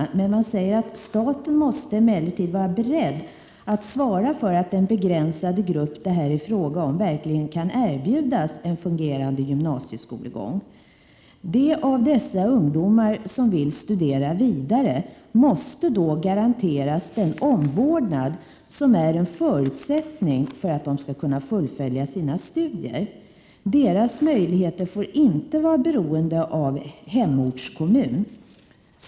Utskottet anförde vidare: ”Staten måste emellertid vara beredd att svara för att den begränsade grupp det här är fråga om verkligen kan erbjudas en fungerande gymnasieskolgång. De av dessa ungdomar som vill studera vidare måste då garanteras den omvårdnad som är en förutsättning för att de skall kunna fullfölja sina studier. Deras möjligheter får inte vara beroende av hemortskommun.